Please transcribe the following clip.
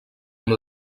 amb